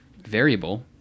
variable